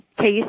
case